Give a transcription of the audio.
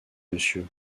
monsieur